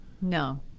No